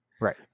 Right